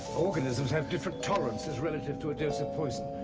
organisms have different tolerances relative to a dose of poison.